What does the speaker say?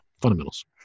Fundamentals